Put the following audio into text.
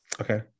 Okay